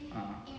ah